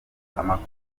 amafi